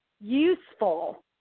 useful